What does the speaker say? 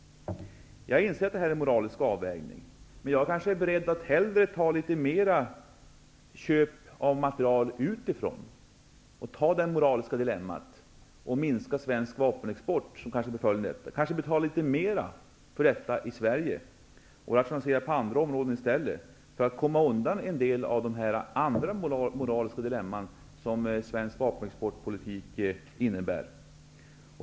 Jag inser att det är fråga om en moralisk avvägning, men jag är beredd att möta det moraliska dilemmat genom litet mera av köp av materiel utifrån och som följd därav kanske kunna minska den svenska vapenexporten. Kanske kan vi betala litet mera för vapnen i Sverige och i stället rationalisera på andra områden, för att komma undan från en del andra moraliska dilemman som svensk vapenexportpolitik innebär.